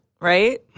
right